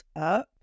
up